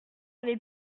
avait